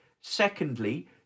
secondly